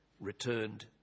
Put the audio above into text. returned